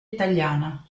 italiana